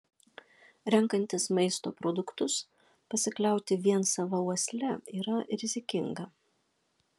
renkantis maisto produktus pasikliauti vien sava uosle yra rizikinga